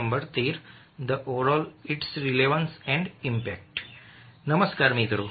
નમસ્કાર મિત્રો